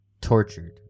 tortured